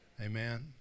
Amen